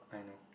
I know